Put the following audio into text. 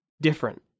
different